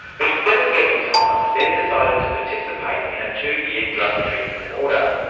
but instead of serving time, they've decided to participate in a two-year drug treatment order,